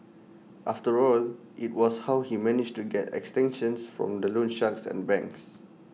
after all IT was how he managed to get extensions from the loan sharks and banks